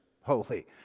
holy